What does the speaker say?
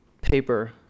paper